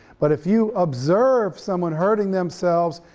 but, if you observe someone hurting themselves,